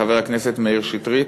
חבר הכנסת מאיר שטרית,